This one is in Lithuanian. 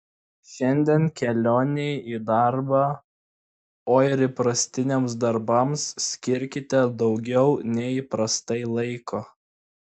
šiandien kelionei į darbą o ir įprastiniams darbams skirkite daugiau nei įprastai laiko